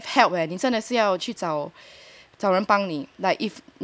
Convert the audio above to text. you have to get help leh 你真的要去找